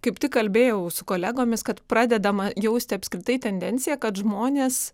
kaip tik kalbėjau su kolegomis kad pradedama jausti apskritai tendencija kad žmonės